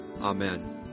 Amen